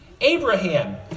Abraham